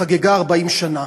חגגה 40 שנה,